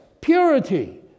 purity